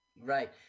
Right